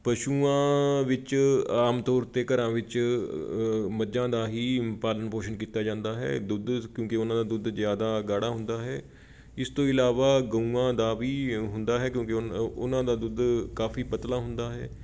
ਪਸ਼ੂਆਂ ਵਿੱਚ ਆਮ ਤੌਰ 'ਤੇ ਘਰਾਂ ਵਿੱਚ ਮੱਝਾਂ ਦਾ ਹੀ ਪਾਲਣ ਪੋਸ਼ਣ ਕੀਤਾ ਜਾਂਦਾ ਹੈ ਦੁੱਧ ਕਿਉੰਕਿ ਉਹਨਾਂ ਦਾ ਦੁੱਧ ਜਿਆਦਾ ਗਾੜ੍ਹਾ ਹੁੰਦਾ ਹੈ ਇਸ ਤੋਂ ਇਲਾਵਾ ਗਊਆਂ ਦਾ ਵੀ ਹੁੰਦਾ ਹੈ ਕਿਉਂਕਿ ਉਹਨ ਉਹਨਾਂ ਦਾ ਦੁੱਧ ਕਾਫ਼ੀ ਪਤਲਾ ਹੁੰਦਾ ਹੈ